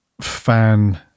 fan